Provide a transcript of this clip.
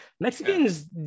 Mexicans